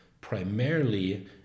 primarily